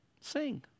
Sing